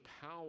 power